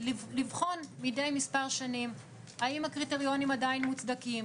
לבחון מדי מספר שנים האם הקריטריונים עדיין מוצדקים,